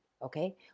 Okay